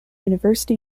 university